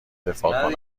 دفاع